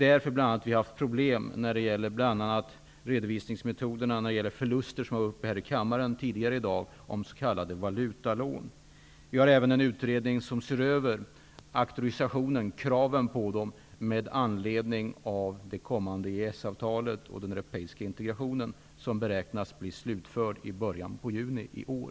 Vi har haft problem när det gäller bl.a. redovisningsmetoder avseende förluster vid s.k. valutalån. Det är en fråga som har tagits upp till debatt här i kammaren tidigare i dag. Det finns även en utredning som ser över kraven för auktorisation med anledning av det kommande Utredningen beräknas vara slutförd i början av juni i år.